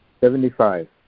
Seventy-five